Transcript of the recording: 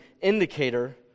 indicator